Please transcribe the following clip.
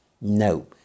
No